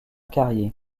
carrier